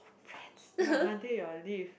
friends ya Monday you're on leave